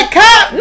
cop